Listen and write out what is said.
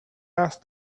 asked